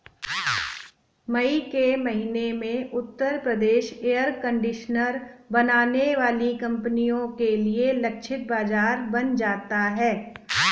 मई के महीने में उत्तर प्रदेश एयर कंडीशनर बनाने वाली कंपनियों के लिए लक्षित बाजार बन जाता है